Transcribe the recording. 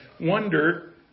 wonder